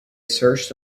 searched